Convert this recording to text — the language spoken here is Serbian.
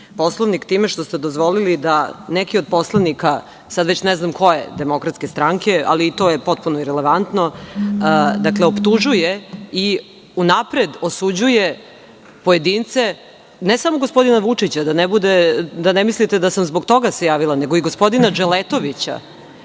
Poslovnik time što ste dozvolili da neki od poslanika, sada već ne znam koje DS, ali to je potpuno irelevantno, dakle, optužuje i unapred osuđuje pojedince, ne samo gospodina Vučića, da ne bude i da ne mislite da sam se zbog toga javila nego i gospodina Dželetovića.